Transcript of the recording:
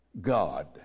God